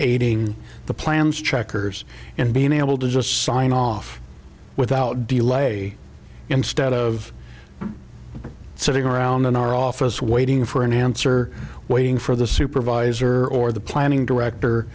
aiding the plans checkers and being able to just sign off without delay instead of sitting around in our office waiting for an answer waiting for the supervisor or the planning director